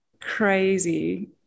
crazy